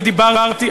אני דיברתי,